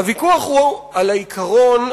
הוויכוח הוא על העיקרון,